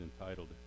entitled